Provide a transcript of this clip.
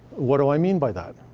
what do i mean by that?